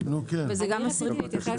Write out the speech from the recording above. אין בעיה.